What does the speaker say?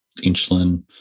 insulin